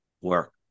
work